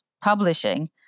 publishing